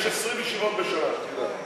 יש 20 ישיבות בשעה.